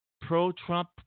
pro-Trump